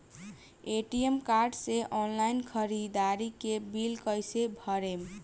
ATM card से online ख़रीदारी के बिल कईसे भरेम?